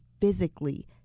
physically